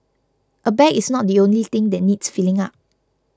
a bag is not the only thing that needs filling up